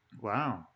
Wow